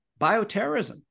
bioterrorism